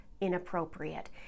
inappropriate